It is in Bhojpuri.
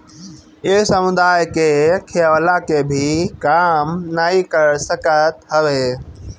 इ समुदाय के खियवला के भी काम नाइ कर सकत हवे